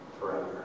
forever